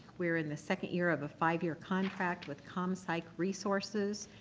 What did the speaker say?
we're in the second year of a five-year contract with compsych resources.